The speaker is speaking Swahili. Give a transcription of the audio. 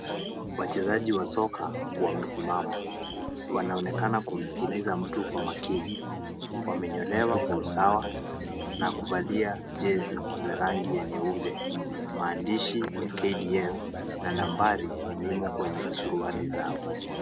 Wachezaji wa soka wamesimama, wanaonekana kusikiliza mtu kwa makini, wamenyolewa kwa usawa na kuvalia jezi za rangi nyeupe maandishi ya KDF na nambari zimo kwenye suruali zao.